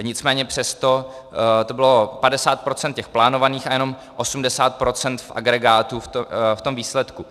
Nicméně přesto to bylo 50 % těch plánovaných a jenom 80 % v agregátu v tom výsledku.